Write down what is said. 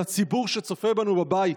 לציבור שצופה בנו בבית?